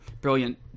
brilliant